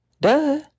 Duh